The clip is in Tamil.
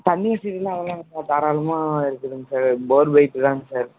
தண்ணி வசதியெலாம் அதெலாம் நல்ல தாராளமாக இருக்குதுங்க சார் போர் வெய்ட் தாங்க சார்